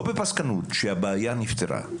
לא בפסקנות שהבעיה נפתרה.